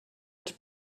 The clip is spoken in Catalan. ens